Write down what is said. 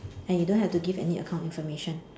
and you don't have to give any account information